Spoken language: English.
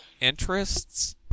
interests